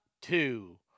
two